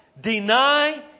deny